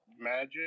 Magic